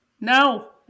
No